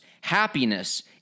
Happiness